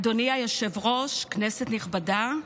אדוני היושב-ראש, כנסת נכבדה,